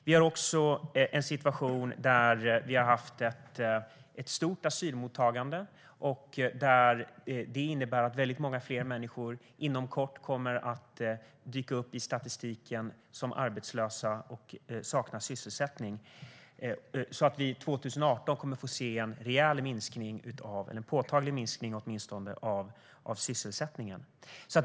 Vi har också en situation med ett stort asylmottagande, vilket innebär att väldigt många fler människor inom kort kommer att dyka upp i statistiken som arbetslösa och sakna sysselsättning. Vi kommer 2018 att få se en rejäl, eller åtminstone påtaglig, minskning av sysselsättningen.